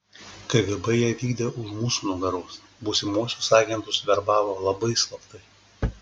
kgb ją vykdė už mūsų nugaros būsimuosius agentus verbavo labai slaptai